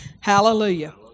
Hallelujah